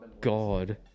God